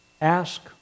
Ask